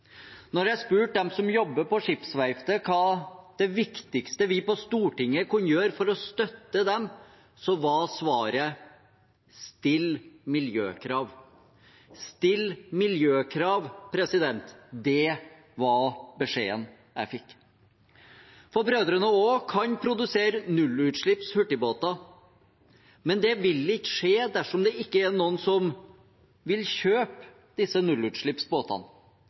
jeg spurte dem som jobber på skipsverftet, hva det viktigste vi på Stortinget kunne gjøre for å støtte dem, var svaret: Still miljøkrav. Still miljøkrav – det var beskjeden jeg fikk. For Brødrene Aa kan produsere nullutslipps hurtigbåter, men det vil ikke skje dersom det ikke er noen som vil kjøpe disse nullutslippsbåtene.